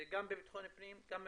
זה גם בבטחון פנים, גם במשפטים,